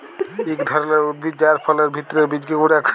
ইক ধরলের উদ্ভিদ যার ফলের ভিত্রের বীজকে গুঁড়া ক্যরে